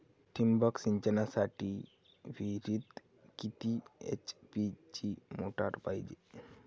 ठिबक सिंचनासाठी विहिरीत किती एच.पी ची मोटार पायजे?